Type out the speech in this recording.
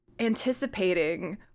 anticipating